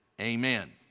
Amen